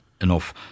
enough